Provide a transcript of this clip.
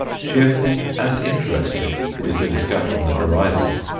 cheerful as interesting is the discussion that arises.